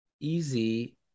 easy